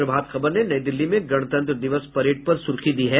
प्रभात खबर ने नई दिल्ली में गणतंत्र दिवस परेड पर सुर्खी दी है